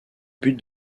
but